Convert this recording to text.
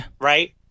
right